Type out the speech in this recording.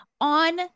on